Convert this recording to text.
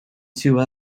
two